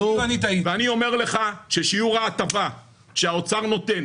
ואני אומר לך ששיעור ההטבה שהאוצר נותן